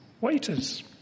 waiters